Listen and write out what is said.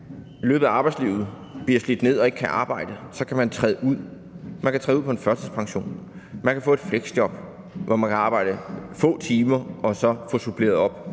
i løbet af arbejdslivet bliver slidt ned og ikke kan arbejde, kan man træde ud. Man kan træde ud på en førtidspension, man kan få et fleksjob, hvor man kan arbejde få timer og så få suppleret op